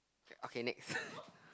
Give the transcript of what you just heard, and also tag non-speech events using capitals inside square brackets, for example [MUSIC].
okay next [LAUGHS]